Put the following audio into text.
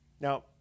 Now